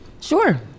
Sure